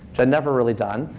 which i'd never really done,